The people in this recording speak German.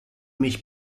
mich